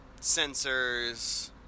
sensors